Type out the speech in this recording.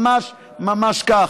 ממש ממש כך.